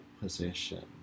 position